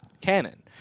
canon